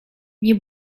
nie